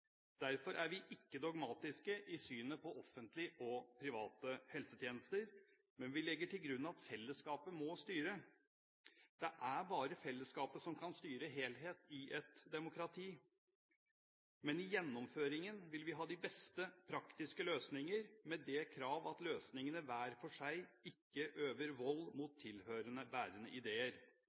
Derfor er vi ikke dogmatiske i synet på offentlige og private helsetjenester, men vi legger til grunn at fellesskapet må styre. Det er bare fellesskapet som kan styre helhet i et demokrati, men i gjennomføringen vil vi ha de beste praktiske løsninger med det krav at løsningene hver for seg ikke øver vold mot tilhørende bærende ideer.